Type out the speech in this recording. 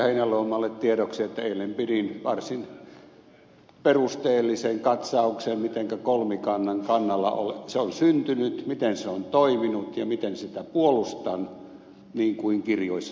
heinäluomalle tiedoksi että eilen pidin varsin perusteellisen katsauksen siitä mitenkä kolmikanta syntynyt miten se on toiminut ja miten sitä puolustan niin kuin kirjoissanikin olen tehnyt